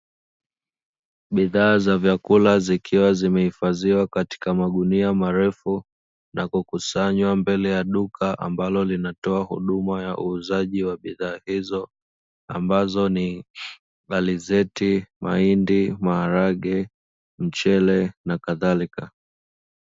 Bidhaa za vyakula zikiwa zimehifadhiwa katika magunia marefu na kukusanywa mbele ya duka ambalo linatoa huduma ya uuzaji wa bidhaa hizo ambazo ni; alizeti, mahindi, maharage, mchele nakadhalika.